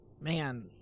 man